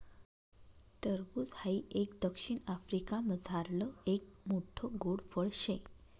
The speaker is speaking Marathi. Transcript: टरबूज हाई एक दक्षिण आफ्रिकामझारलं एक मोठ्ठ गोड फळ शे